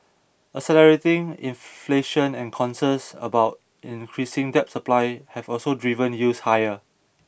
accelerating inflation and concerns about increasing debt supply have also driven yields higher